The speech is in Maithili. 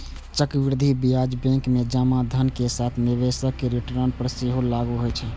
चक्रवृद्धि ब्याज बैंक मे जमा धन के साथ निवेशक रिटर्न पर सेहो लागू होइ छै